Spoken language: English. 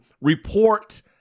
report